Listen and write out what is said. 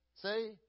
See